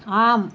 आम्